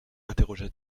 interrogea